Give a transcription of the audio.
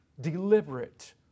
deliberate